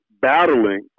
battling